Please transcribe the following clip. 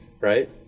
right